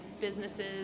businesses